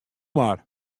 mar